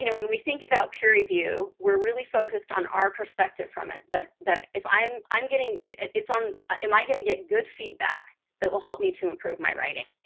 you know when we think about peer review, we're really focused on our perspective from it. but that if i'm i'm getting it's on am i going to get good feedback that will help me to improve my writing.